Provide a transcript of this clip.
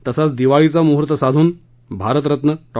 तसच दिवाळीचा मुहर्त साधून भारतरत्न डॉ